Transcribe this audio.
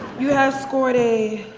you have scored a